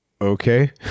okay